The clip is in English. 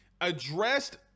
addressed